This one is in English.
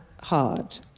hard